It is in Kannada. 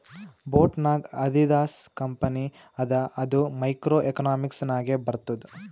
ಬೋಟ್ ನಾಗ್ ಆದಿದಾಸ್ ಕಂಪನಿ ಅದ ಅದು ಮೈಕ್ರೋ ಎಕನಾಮಿಕ್ಸ್ ನಾಗೆ ಬರ್ತುದ್